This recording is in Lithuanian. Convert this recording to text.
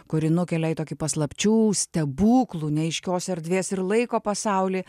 kuri nukelia į tokį paslapčių stebuklų neaiškios erdvės ir laiko pasaulį